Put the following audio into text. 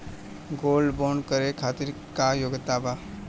Gold bond करे खातिर का योग्यता बा?